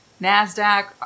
Nasdaq